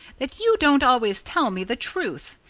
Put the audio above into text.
that you don't always tell me the truth.